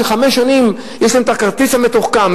לחמש שנים יש להם את הכרטיס המתוחכם.